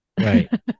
Right